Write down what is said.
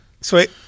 Sweet